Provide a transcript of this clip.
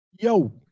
Yo